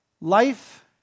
life